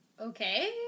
Okay